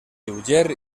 lleuger